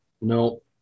No